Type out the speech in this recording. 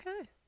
Okay